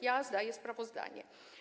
Ja zdaję sprawozdanie.